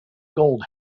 gold